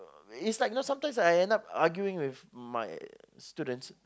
it's like you know sometimes I end up arguing with my students